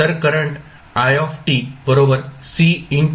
तर करंट